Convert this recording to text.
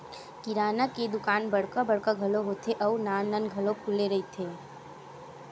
किराना के दुकान बड़का बड़का घलो होथे अउ नान नान घलो खुले रहिथे